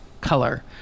color